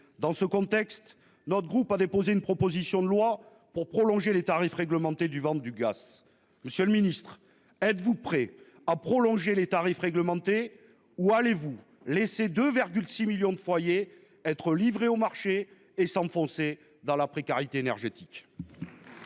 Dans ce contexte, notre groupe a déposé une proposition de loi pour prolonger les tarifs réglementés du ventre du gars. Monsieur le Ministre, êtes-vous prêt à prolonger les tarifs réglementés ou allez-vous laisser de 6 millions de foyers être livré au marché et s'enfoncer dans la précarité énergétique.